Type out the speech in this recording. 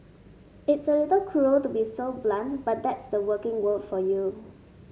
it's a little cruel to be so blunt but that's the working world for you